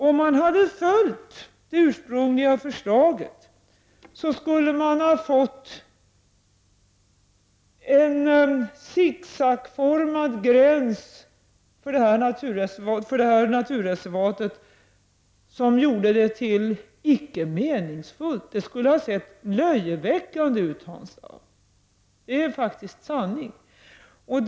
Om man hade följt det ursprungliga förslaget, skulle gränsen för detta naturreservat ha blivit sicksackformad. Det skulle ha sett löjeväckande ut, och då hade det inte varit meningsfullt med ett naturreservat.